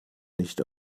nicht